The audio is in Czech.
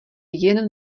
jen